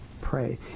pray